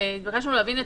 נתבקשנו להביא נתונים.